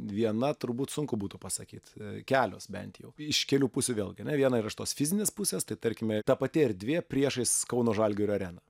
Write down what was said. viena turbūt sunku būtų pasakyt kelios bent jau iš kelių pusių vėlgi ane vieną yra iš tos fizinės pusės tai tarkime ta pati erdvė priešais kauno žalgirio areną